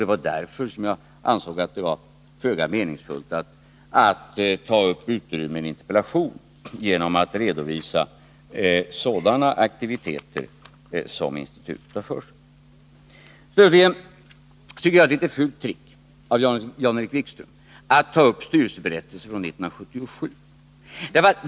Det var därför jag ansåg att det var föga meningsfullt att ta upp utrymme i min interpellation genom att redovisa sådana aktiviteter som institutet ägnar sig åt. Jag tycker det är ett fult trick av Jan-Erik Wikström att ta upp styrelseberättelsen från 1977.